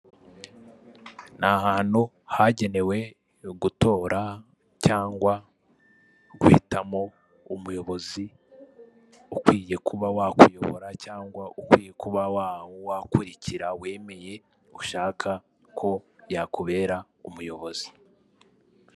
Ni ahantu hagenewe gutora, cyangwa guhitamo umuyobozi, ukwiye kuba wakuyobora, cyangwa ukwiye kuba wa wakurikira wemeye, ushaka ko yakubera umuyobozi.